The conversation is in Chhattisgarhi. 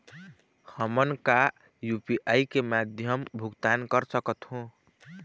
हमन का यू.पी.आई के माध्यम भुगतान कर सकथों?